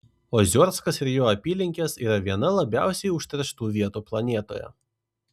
oziorskas ir jo apylinkės yra viena labiausiai užterštų vietų planetoje